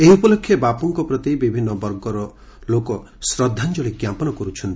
ଏହି ଉପଲକ୍ଷେ ବାପୁଙ୍କ ପ୍ରତି ବିଭିନ୍ନ ବର୍ଗର ଲୋକ ଶ୍ରଦ୍ଧାଞ୍ଜଳି ଜ୍ଞାପନ କରୁଛନ୍ତି